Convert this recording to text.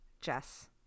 Jess